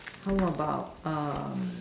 how about um